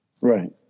Right